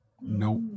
Nope